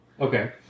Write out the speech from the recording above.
Okay